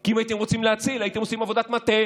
כי אם אתם הייתם רוצים להציל הייתם עושים עבודת מטה